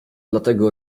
dlatego